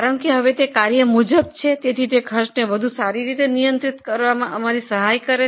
તે ફંક્શન મુજબ હોવાથી ખર્ચને વધુ સારી રીતે નિયંત્રિત કરી શકે છે